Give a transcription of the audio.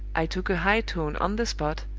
i took a high tone on the spot,